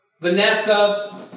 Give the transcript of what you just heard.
Vanessa